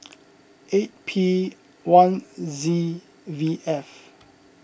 eight P one Z V F